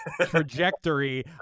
trajectory